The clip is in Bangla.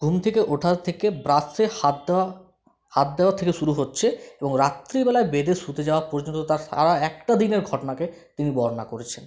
ঘুম থেকে ওঠা থেকে ব্রাশে হাত দেওয়া হাত দেওয়া থেকে শুরু হচ্ছে এবং রাত্রিবেলায় বেডে শুতে যাওয়া পর্যন্ত তার সারা একটা দিনের ঘটনাকে তিনি বর্ণনা করেছেন